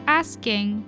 asking